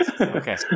Okay